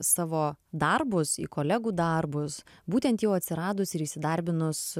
savo darbus į kolegų darbus būtent jau atsiradus ir įsidarbinus